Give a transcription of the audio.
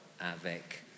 avec